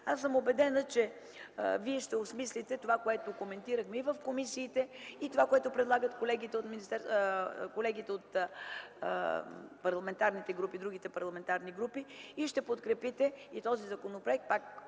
Аз съм убедена, че вие ще осмислите това, което коментирахме и в комисиите, и това, което предлагат колегите от другите парламентарни групи, и ще подкрепите и този законопроект,